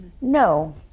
No